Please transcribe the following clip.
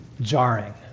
jarring